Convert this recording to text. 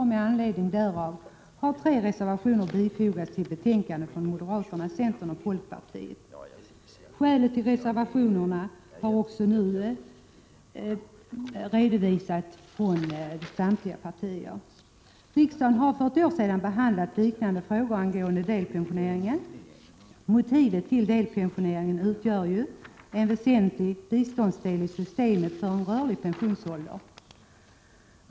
Med anledning av detta har tre reservationer bifogats till betänkandet från moderaterna, centern och folkpartiet. Skälen till reservationerna har nu redovisats från samtliga partier. Riksdagen behandlade för ett år sedan liknande frågor angående delpensioneringen. Motivet till delpensioneringen är att denna är en väsentlig beståndsdel i systemet med en rörlig pensionsålder.